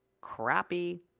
crappy